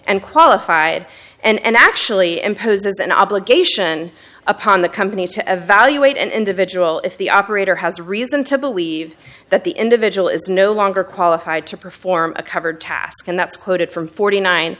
and qualified and actually imposes an obligation upon the company to evaluate and individual if the operator has reason to believe that the individual is no longer qualified to perform a cover task and that's quoted from forty nine